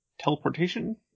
teleportation